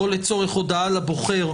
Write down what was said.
או לצורך הודעה לבוחר,